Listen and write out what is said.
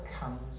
comes